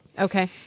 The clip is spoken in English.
Okay